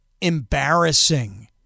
embarrassing